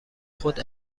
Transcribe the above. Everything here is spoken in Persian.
خود